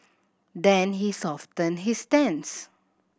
then he softened his stance